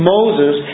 Moses